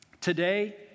Today